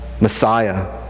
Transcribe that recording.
Messiah